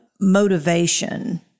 motivation